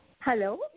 Hello